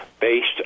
based